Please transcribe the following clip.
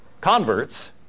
converts